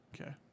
Okay